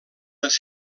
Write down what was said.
les